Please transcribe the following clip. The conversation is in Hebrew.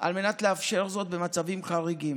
על מנת לאפשר זאת במצבים חריגים.